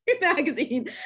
magazine